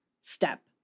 step